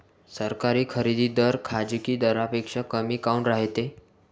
सरकारी खरेदी दर खाजगी दरापेक्षा कमी काऊन रायते?